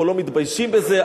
אנחנו לא מתביישים בזה,